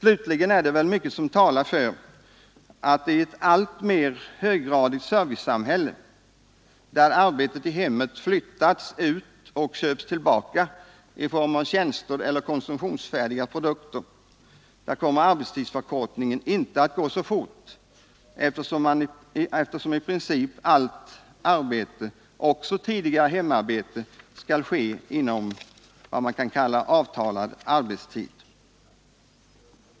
Vidare är det väl mycket som talar för att i ett alltmer höggradigt servicesamhälle, där arbetet i hemmet flyttas ut och köps tillbaka i form av tjänster eller i konsumtionsfärdiga produkter, där kommer arbetstidsförkortningen inte att gå så fort, eftersom i princip allt arbete — också tidigare hemarbete — skall ske inom vad man kan kalla avtalad arbetstid.